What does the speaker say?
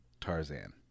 Tarzan